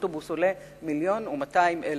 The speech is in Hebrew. אוטובוס עולה 1.2 מיליון שקלים.